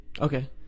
Okay